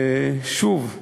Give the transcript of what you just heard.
שוב,